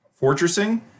fortressing